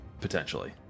Potentially